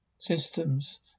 Systems